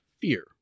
fear